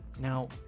Now